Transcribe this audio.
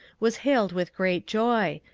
was hailed with great joy,